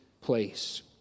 place